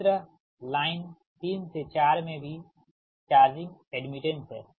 इसी तरह लाइन 3 से 4 में भी चार्जिंग एड्मिटेंस है